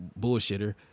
Bullshitter